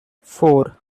four